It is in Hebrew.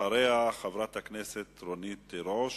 אחריה, חברת הכנסת רונית תירוש.